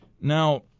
now